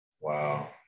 Wow